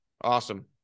Awesome